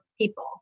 people